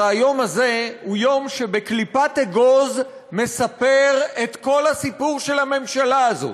הרי היום הזה בקליפת אגוז מספר את כל הסיפור של הממשלה הזאת.